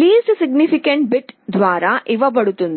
least significant bit ద్వారా ఇవ్వబడుతుంది